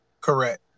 Correct